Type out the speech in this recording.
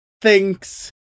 thinks